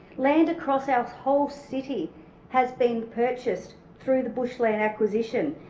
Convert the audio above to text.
land across our whole city has been purchased through the bushland acquisition.